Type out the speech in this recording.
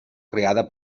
creada